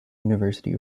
university